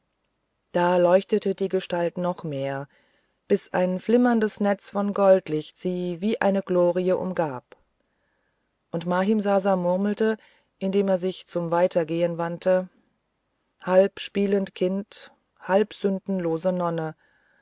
da leuchtete die gestalt noch mehr bis ein flimmerndes netz von goldlicht sie wie eine glorie umgab und mahimsasa murmelte indem er sich zum weitergehen wandte halb spielend kind halb sündenlose nonne